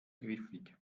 griffig